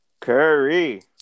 Curry